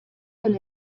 con